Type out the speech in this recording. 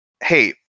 hey